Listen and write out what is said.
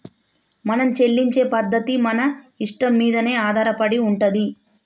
మనం చెల్లించే పద్ధతి మన ఇష్టం మీదనే ఆధారపడి ఉంటది